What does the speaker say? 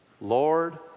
lord